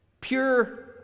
pure